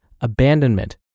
abandonment